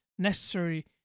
necessary